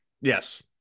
Yes